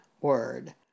word